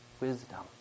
wisdom